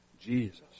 Jesus